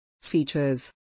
features